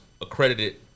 accredited